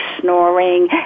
snoring